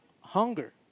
hunger